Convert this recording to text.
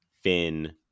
Finn